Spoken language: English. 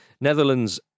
Netherlands